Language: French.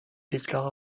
déclare